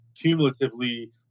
cumulatively